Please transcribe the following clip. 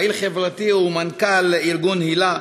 פעיל חברתי ומנכ"ל ארגון הל"ה,